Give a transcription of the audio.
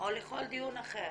או לכל דיון אחר.